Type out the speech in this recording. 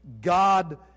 God